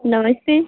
नमस्ते